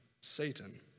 Satan